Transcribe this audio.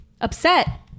Upset